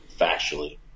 factually